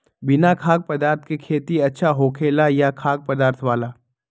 बिना खाद्य पदार्थ के खेती अच्छा होखेला या खाद्य पदार्थ वाला?